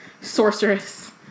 Sorceress